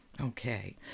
okay